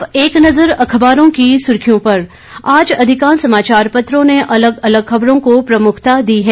अब एक नज़र अखबारों की सुर्खियों पर आज अधिकांश समाचार पत्रों ने अलग अलग खबर को प्रमुखता दी है